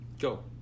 Go